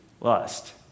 lust